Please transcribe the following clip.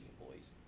employees